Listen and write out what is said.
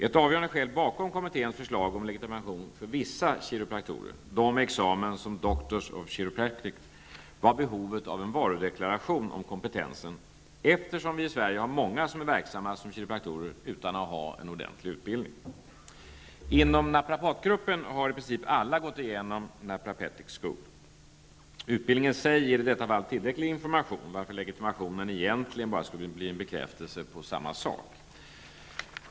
Ett avgörande skäl bakom kommitténs förslag om legitimation för vissa kiropraktorer, de med examen som Doctors of Chiropractic, var behovet av en ''varudeklaration'' om kompetensen, eftersom vi i Sverige har många som är verksamma som kiropraktorer utan att ha ordentlig utbildning. Inom naprapatgruppen har i princip alla gått igenom Naprapathic School. Utbildningen i sig ger i detta fall tillräcklig information, varför legitimationen egentligen bara skulle bli en bekräftelse på samma sak.